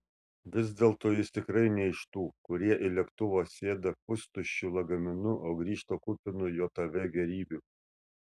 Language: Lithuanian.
vis dėlto jis tikrai ne iš tų kurie į lėktuvą sėda pustuščiu lagaminu o grįžta kupinu jav gėrybių